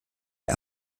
der